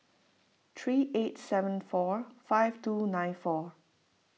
three eight seven four five two nine four